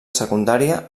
secundària